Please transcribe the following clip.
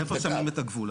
איפה שמים את הגבול.